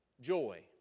joy